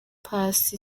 paccy